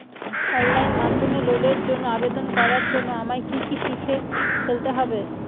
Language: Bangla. অনলাইন মাধ্যমে লোনের জন্য আবেদন করার জন্য আমায় কি কি শিখে ফেলতে হবে?